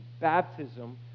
Baptism